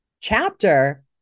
chapter